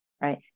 right